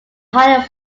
higher